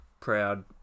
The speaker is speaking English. proud